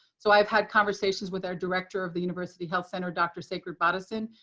so i've had conversations with our director of the university health center, dr. sacared bodison,